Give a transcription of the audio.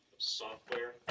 Software